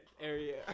area